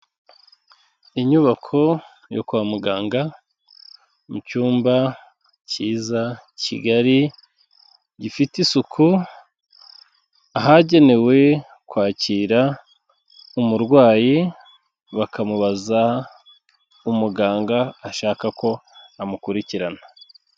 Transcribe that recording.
Inyubako yo kwa muganga mu cyumba cyiza kigari gifite isuku, ahagenewe kwakira umurwayi, bakamubaza umuganga ashaka ko amukurikirana.